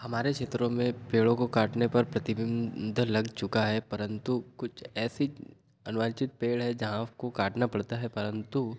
हमारे क्षेत्रों में पेड़ों को काटने पर प्रतिबंध लग चुका है परंतु कुछ ऐसी अनुवांछित पेड़ है जहाँ आपको काटना पड़ता है परंतु